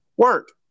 work